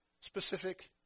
specific